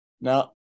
Now